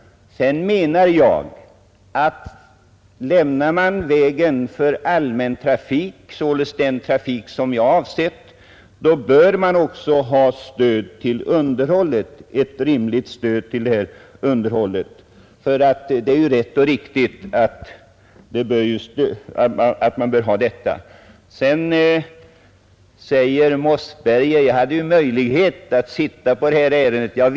Upplåts vägar för allmän trafik — således den trafik som jag har avsett — bör rimliga bidrag ges till underhållet; det är inte mer än rätt och riktigt. Herr Mossberger sade att jag hade haft möjlighet att delta i behandlingen i detta ärende.